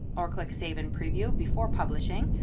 or click save and preview before publishing.